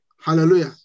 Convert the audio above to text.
Hallelujah